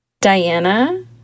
diana